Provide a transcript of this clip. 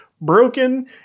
broken